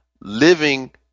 living